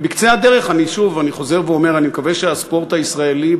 בקצה הדרך אני שוב חוזר ואומר: אני מקווה שהספורט הישראלי,